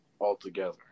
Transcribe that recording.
altogether